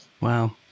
Wow